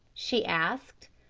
she asked.